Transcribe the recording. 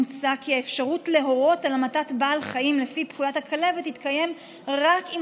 מוצע כי האפשרות להורות על המתת בעל חיים לפי פקודת הכלבת תתקיים רק אם